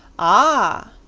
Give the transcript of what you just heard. ah,